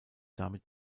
damit